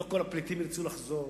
לא כל הפליטים ירצו לחזור.